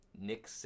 Nick